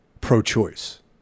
pro-choice